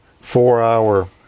four-hour